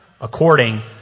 according